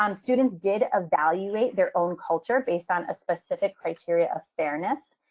um students did evaluate their own culture based on a specific criteria of fairness.